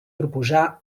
proposar